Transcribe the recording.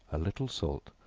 a little salt,